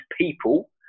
people